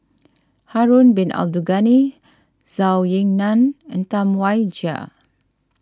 Harun Bin Abdul Ghani Zhou Ying Nan and Tam Wai Jia